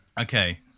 Okay